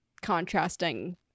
contrasting